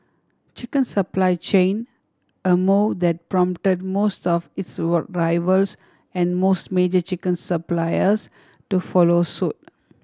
chicken supply chain a move that prompt most of its were rivals and most major chicken suppliers to follow suit